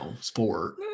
sport